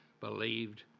believed